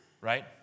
right